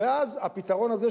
ואז הפתרון הזה,